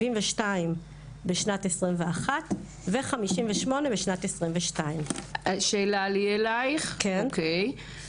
72 בשנת 2021 ו-58 בשנת 2022. אוקיי.